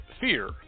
fear